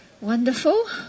Wonderful